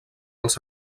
els